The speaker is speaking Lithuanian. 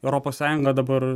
europos sąjunga dabar